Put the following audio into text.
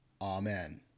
Amen